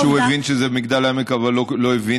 יכול להיות שהוא הבין שזה מגדל עמק אבל לא הבין